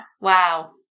Wow